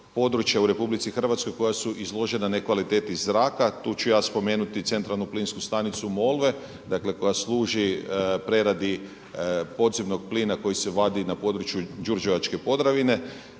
u RH koja su izložena nekvaliteti zraka. Tu ću ja spomenuti centralnu plinsku stanicu Molve dakle koja služi preradi podzemnog plina koji se vadi na području Đurđevačke Podravine,